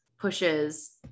pushes